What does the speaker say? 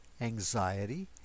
anxiety